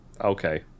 Okay